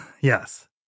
Yes